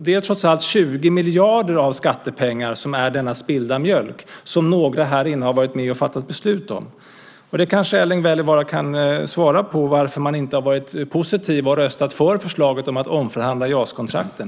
Det är trots allt 20 miljarder av skattepengar som är denna spillda mjölk som några här inne har varit med och fattat beslut om. Erling Wälivaara kanske kan svara på varför man inte har varit positiv och röstat för förslaget om att omförhandla JAS-kontrakten.